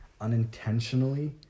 unintentionally